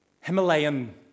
Himalayan